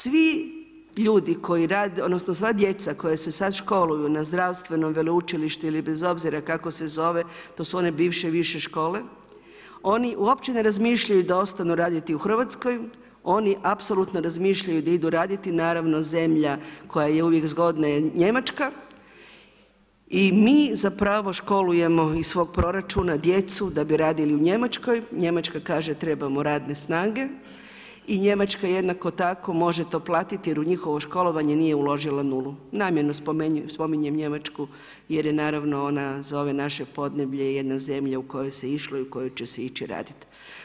Sva djeca koja se sad školuju na zdravstvenom veleučilištu ili bezobzira kako se zove, to su one bivše više škole, oni uopće ne razmišljaju da ostanu raditi u Hrvatskoj, oni apsolutno razmišljaju da idu raditi naravno zemlja koja je uvijek zgodna je Njemačka i mi zapravo školujemo iz svog proračuna djecu da bi radili u Njemačkoj, Njemačka kaže trebamo radne snage i Njemačka jednako tako može to platiti jer u njihovo školovanje nije uložilo nulu, namjerno spominjem Njemačku jer je ona za ovo naše podneblje jedna zemlja u kojoj se išlo i u kojoj će se ići raditi.